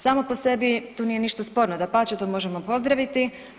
Samo po sebi to nije ništa sporno, dapače to možemo pozdraviti.